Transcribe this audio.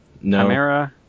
No